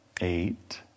eight